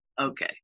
okay